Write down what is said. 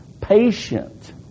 patient